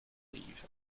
leave